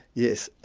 yes.